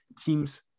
teams